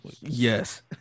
Yes